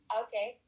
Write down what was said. okay